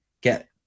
get